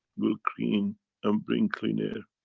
will clean um bring clean air.